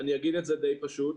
אני אגיד את זה די פשוט,